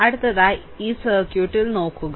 അതിനാൽ ഈ സർക്യൂട്ടിൽ നോക്കുക